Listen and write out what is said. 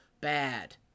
bad